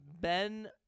Ben